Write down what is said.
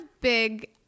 big